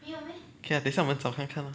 okay lah 等下我们找看看 lor